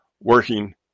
working